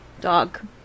dog